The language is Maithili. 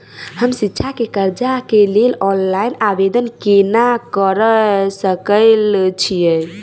हम शिक्षा केँ कर्जा केँ लेल ऑनलाइन आवेदन केना करऽ सकल छीयै?